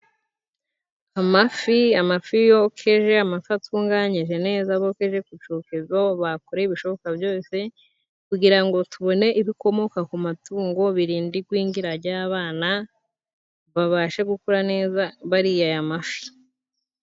Amafi amafi yokeje amafi atunganije neza bokeje ku cokezo, bakoreye ibishoboka byose kugira ngo tubone ibikomoka ku matungo birinda igwingira ry'abana, babashe gukura neza bariye aya mafi.